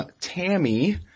Tammy